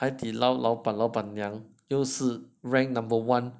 海底捞老板老板娘优势 ranked number one